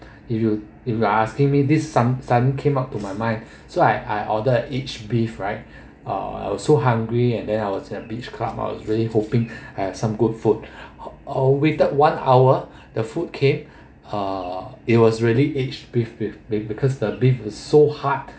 if you if you asking me this some sudden came up to my mind so I I order each beef right uh so hungry and then ours have beach clubhouse really hoping has some good food or waited one hour the food came uh it was really aged beef with beef because the beef is so hard